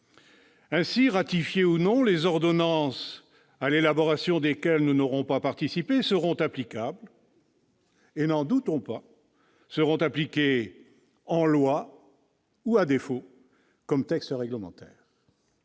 Ainsi, ratifiées ou non, les ordonnances, à l'élaboration desquelles nous n'aurons pas participé, seront applicables et, n'en doutons pas, seront appliquées en qualité de loi ou, à défaut, de texte réglementaire.